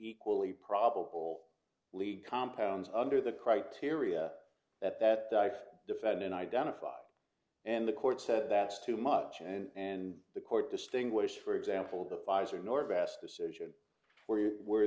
equally probable lead compounds under the criteria that that the defendant identified and the court said that's too much and the court distinguish for example the pfizer your best decision where you where